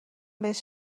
بهش